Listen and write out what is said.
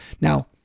Now